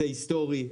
זה היסטורי.